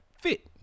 fit